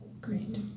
Great